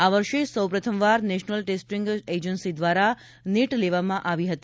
આ વર્ષે સૌપ્રથમવાર નેશનલ ટેસ્ટિંગ એજન્સી દ્વારા નીટ લેવામાં આવી રહી છે